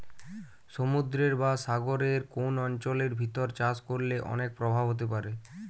সমুদ্রের বা সাগরের কোন অঞ্চলের ভিতর চাষ করলে অনেক প্রভাব হতে পারে